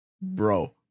Bro